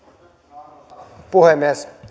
arvoisa puhemies